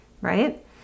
right